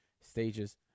stages